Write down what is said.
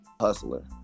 hustler